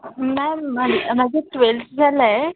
ma'am माझं माझं twelfth झालं आहे